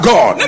God